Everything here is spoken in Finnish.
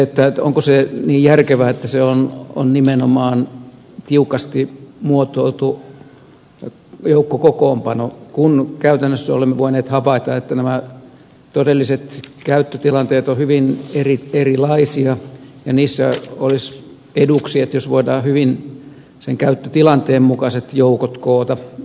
toisekseen onko se niin järkevää että se on nimenomaan tiukasti muotoiltu joukkokokoonpano kun käytännössä olemme voineet havaita että todelliset käyttötilanteet ovat hyvin erilaisia ja niissä olisi eduksi jos voidaan koota varustelultaan koulutukseltaan tehtävärakenteeltaan hyvin käyttötilanteen mukaiset joukot koota